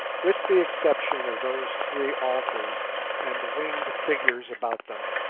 with the exception of those three altars and the winged figures about them,